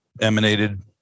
emanated